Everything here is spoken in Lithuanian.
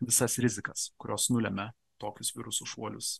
visas rizikas kurios nulemia tokius virusų šuolius